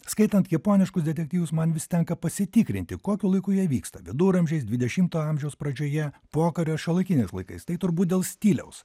skaitant japoniškus detektyvus man vis tenka pasitikrinti kokiu laiku jie vyksta viduramžiais dvidešimto amžiaus pradžioje pokario šiuolaikiniais laikais tai turbūt dėl stiliaus